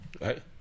right